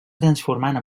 transformant